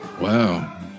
Wow